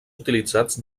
utilitzats